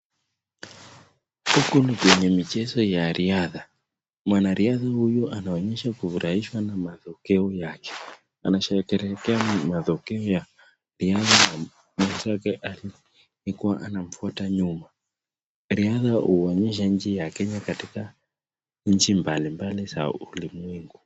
Huku ni kwenye michezo ya riadha. Mwanariadha huyu anaonyesha kufurahishwa na matokeo yake. Anasherehekea matokeo yake mwenzake akiwa ni kuwa anamfuata nyuma. Riadha huonyesha nchi ya Kenya katika nchi mbali mbali za ulimwengu.